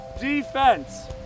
Defense